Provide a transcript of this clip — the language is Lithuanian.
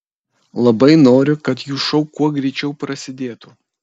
labai noriu kad jų šou kuo greičiau prasidėtų